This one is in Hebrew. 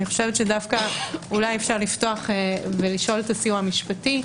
אולי אפשר לשאול את הסיוע המשפטי,